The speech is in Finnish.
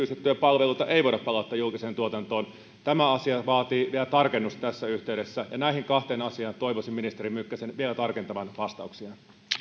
kerran yksityistettyjä palveluita ei voida palauttaa julkiseen tuotantoon tämä asia vaatii vielä tarkennusta tässä yhteydessä ja näihin kahteen asiaan toivoisin ministeri mykkäsen vielä tarkentavan vastauksiaan